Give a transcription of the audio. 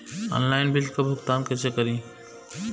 Online bill क भुगतान कईसे करी?